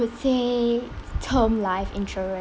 would say term life insurance